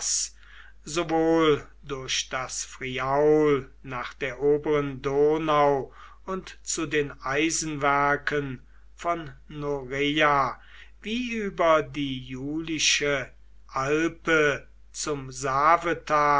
sowohl durch das friaul nach der oberen donau und zu den eisenwerken von noreia wie über die julische alpe zum